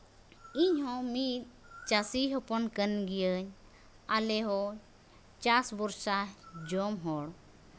ᱤᱧ ᱦᱚᱸ ᱢᱤᱫ ᱪᱟᱹᱥᱤ ᱦᱚᱯᱚᱱ ᱠᱟᱱ ᱜᱤᱭᱟᱹᱧ ᱟᱞᱮ ᱦᱚᱸ ᱪᱟᱥ ᱵᱷᱚᱨᱥᱟ ᱡᱚᱢ ᱦᱚᱲ